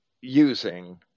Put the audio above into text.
using